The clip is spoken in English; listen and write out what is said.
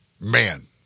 man